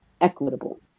equitable